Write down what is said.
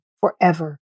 forever